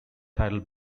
tidal